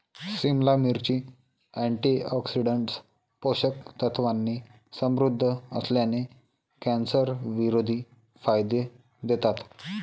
सिमला मिरची, अँटीऑक्सिडंट्स, पोषक तत्वांनी समृद्ध असल्याने, कॅन्सरविरोधी फायदे देतात